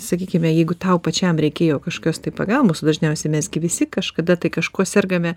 sakykime jeigu tau pačiam reikėjo kažkokios tai pagalbos o dažniausiai mes gi visi kažkada tai kažkuo sergame